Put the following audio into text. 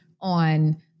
on